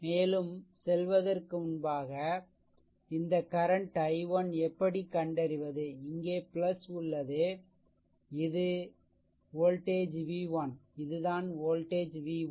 மேலும் செல்வதற்கு முன்பாக இந்த கரண்ட் i1 எப்படி கண்டறிவதுஇங்கே உள்ளது இது வோல்டேஜ் v1 இது தான் வோல்டேஜ் v1